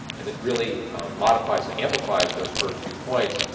and it really modifies and amplifies those first two points,